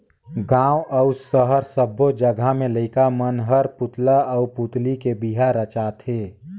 गांव अउ सहर सब्बो जघा में लईका मन हर पुतला आउ पुतली के बिहा रचाथे